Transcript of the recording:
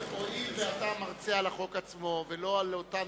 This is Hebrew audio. הואיל ואתה מרצה על החוק עצמו ולא על אותן